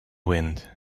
wind